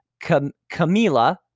Camila